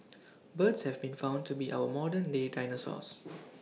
birds have been found to be our modern day dinosaurs